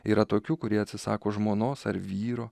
yra tokių kurie atsisako žmonos ar vyro